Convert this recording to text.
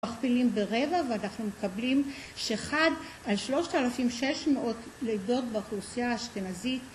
...מכפילים ברבע ואנחנו מקבלים שחד על 3,600 לידות באוכלוסייה האשכנזית